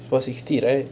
four sixty right